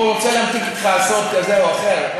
הוא רוצה להמתיק אתך סוד כזה או אחר.